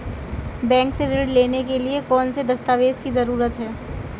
Bank से ऋण लेने के लिए कौन से दस्तावेज की जरूरत है?